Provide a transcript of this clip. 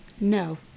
no